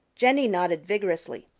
jenny nodded vigorously.